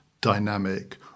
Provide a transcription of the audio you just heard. dynamic